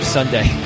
Sunday